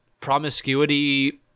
promiscuity